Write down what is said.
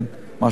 מה שצריך.